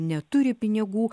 neturi pinigų